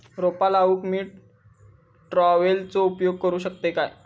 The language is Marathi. रोपा लाऊक मी ट्रावेलचो उपयोग करू शकतय काय?